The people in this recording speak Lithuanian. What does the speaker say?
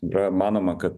yra manoma kad